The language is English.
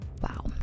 Wow